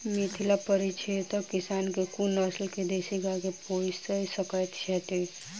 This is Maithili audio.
मिथिला परिक्षेत्रक किसान केँ कुन नस्ल केँ देसी गाय केँ पोइस सकैत छैथि?